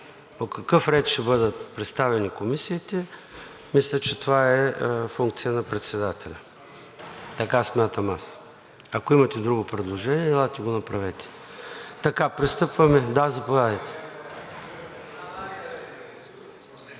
По какъв ред ще бъдат представени комисиите, мисля, че това е функция на председателя. Така смятам аз. Ако имате друго предложение, елате го направете. (Реплика от народния